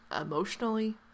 emotionally